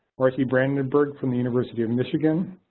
marci brandenburg from the university of michigan,